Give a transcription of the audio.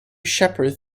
sheppard